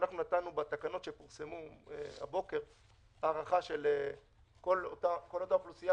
ובתקנות שפורסמו הבוקר אנחנו נתנו הארכה לכל אותה אוכלוסייה